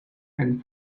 and